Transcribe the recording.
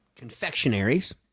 confectionaries